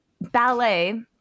ballet